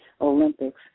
Olympics